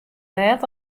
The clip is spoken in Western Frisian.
bêd